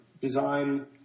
design